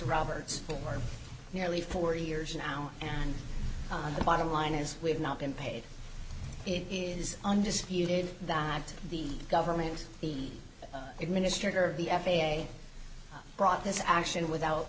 roberts or nearly forty years now and on the bottom line is we have not been paid it is undisputed that the government the administrator of the f a a brought this action without